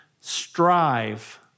Strive